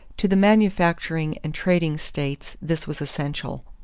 to the manufacturing and trading states this was essential.